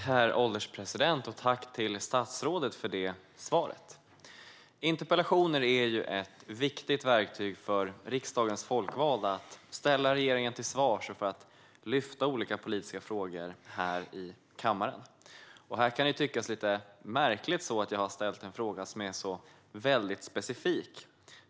Herr ålderspresident! Tack, statsrådet, för svaret! Interpellationer är ett viktigt verktyg för riksdagens folkvalda för att ställa regeringen till svars och för att lyfta olika politiska frågor här i kammaren. Det kan tyckas lite märkligt att jag har ställt en fråga som är så väldigt specifik.